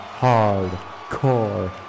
Hardcore